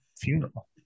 funeral